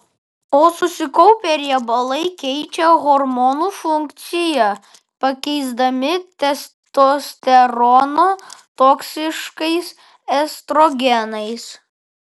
o susikaupę riebalai keičia hormonų funkciją pakeisdami testosteroną toksiškais estrogenais